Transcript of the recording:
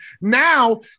Now